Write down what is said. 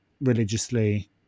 religiously